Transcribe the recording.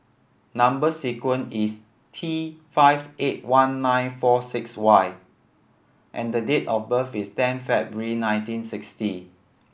number sequence is T five eight one nine four six Y and the date of birth is ten February nineteen sixty